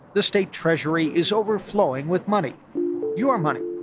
the state treasury is overflowing with money your money,